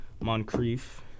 Moncrief